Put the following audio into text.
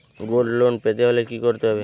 Gold loan পেতে হলে কি করতে হবে?